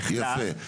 יפה.